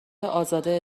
ازاده